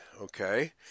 okay